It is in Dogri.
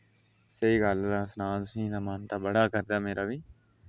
स्हेई गल्ल सनांऽ तुसें मन ता बड़ा करदा मेरा बी